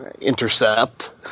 intercept